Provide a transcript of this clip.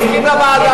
אני מסכים לוועדה.